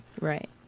Right